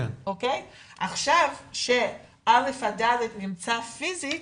עכשיו כשא'-ד' נמצאים פיזית